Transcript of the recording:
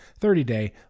30-day